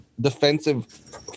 defensive